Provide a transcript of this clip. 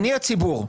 הציבור.